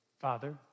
Father